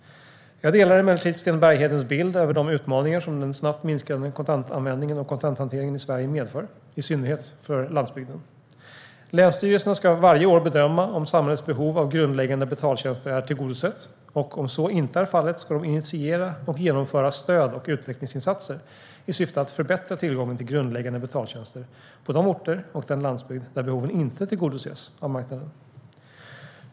Jag delar emellertid Sten Berghedens bild över de utmaningar som den snabbt minskande kontantanvändningen och kontanthanteringen i Sverige medför, i synnerhet för landsbygden. Länsstyrelserna ska varje år bedöma om samhällets behov av grundläggande betaltjänster är tillgodosett, och om så inte är fallet ska de initiera och genomföra stöd och utvecklingsinsatser i syfte att förbättra tillgången till grundläggande betaltjänster på de orter och den landsbygd där behoven inte tillgodoses av marknaden.